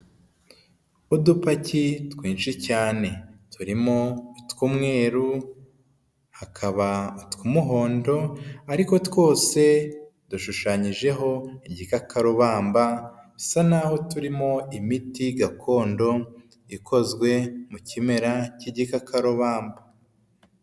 Udupaki twinshi cyane turimo utw'umweruru hakaba utw'umuhondo ariko twose dushushanyijeho igikakarubamba bisa n'aho turimo imiti gakondo ikozwe mu kimera cy'igikakarubamba.